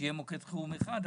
שיהיה מוקד חירום אחד.